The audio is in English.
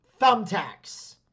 thumbtacks